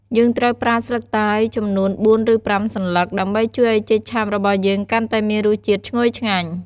យើងត្រូវប្រើស្លឹកតើយចំនួន ៤ ឬ ៥សន្លឹក ដើម្បីជួយឱ្យចេកឆាបរបស់យើងកាន់តែមានរសជាតិឈ្ងុយឆ្ងាញ់។